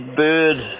bird